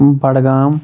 Budgam